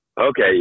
Okay